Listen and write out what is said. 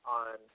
on